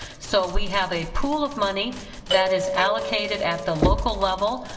so we have a pool of money that is allocated at the local level,